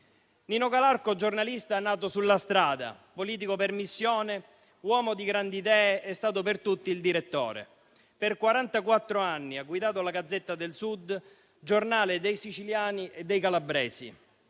Nino Calarco, giornalista nato sulla strada, politico per missione, uomo di grandi idee, è stato per tutti "il direttore". Per quarantaquattro anni ha guidato la «Gazzetta del Sud», giornale dei siciliani e dei calabresi,